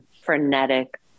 frenetic